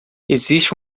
existe